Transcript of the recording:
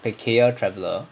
okay kaeya traveler